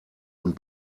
und